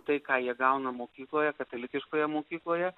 tai ką jie gauna mokykloje katalikiškoje mokykloje